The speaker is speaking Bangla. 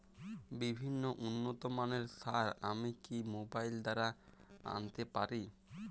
বিভিন্ন উন্নতমানের সার আমি কি মোবাইল দ্বারা আনাতে পারি?